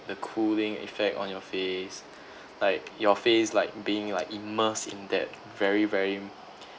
the cooling effect on your face like your face like being like immersed in that very very